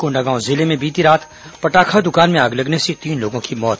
कोंडागांव जिले में बीती रात पटाखा दुकान में आग लगने से तीन लोगों की मौत